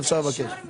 את שמשכת זמן.